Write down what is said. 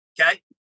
Okay